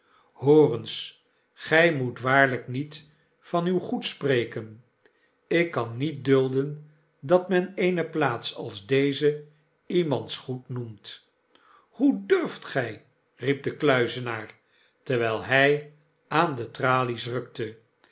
eens gij moet waarlyk met van uw goed spreken ik kan niet dulden dat men eene plaats als deze iemands goed noemt hoe durft gij riep de kluizenaar terwijl hy aan de tralies